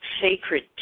sacred